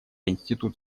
институт